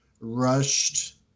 rushed